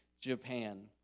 Japan